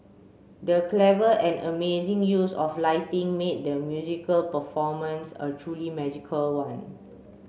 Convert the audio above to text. the clever and amazing use of lighting made the musical performance a truly magical one